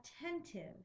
attentive